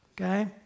Okay